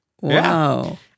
Wow